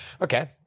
okay